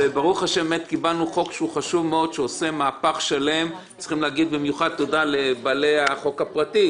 קיבלנו חוק שעושה מהפך שלם וצריכים להגיד תודה לבעלי החוק הפרטי